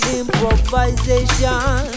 improvisation